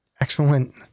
excellent